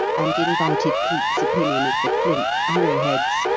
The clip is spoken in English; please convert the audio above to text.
and invited cleek's opinion of the flint arrow-heads,